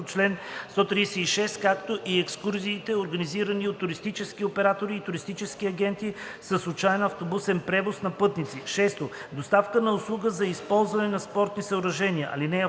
136, както и екскурзиите, организирани от туристически оператори и туристически агенти със случаен автобусен превоз на пътници; 6. доставка на услуга за използване на спортни съоръжения. (2)